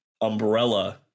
umbrella